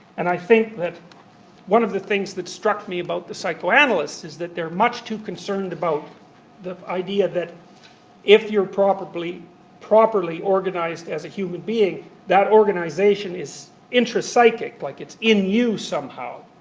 and i think that one of the things that struck me about the psychoanalysts is that they're much too concerned about the idea that if you're properly properly organised as a human being, that organisation is intra-psychic, like it's in you somehow.